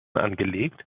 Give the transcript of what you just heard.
angelegt